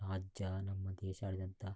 ರಾಜ್ಯ ನಮ್ಮ ದೇಶ ಆಳಿದಂಥ